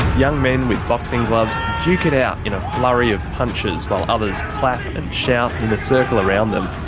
young men with boxing gloves duke it out in a flurry of punches, while others clap and shout in a circle around them.